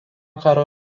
karo